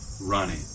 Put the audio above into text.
running